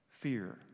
Fear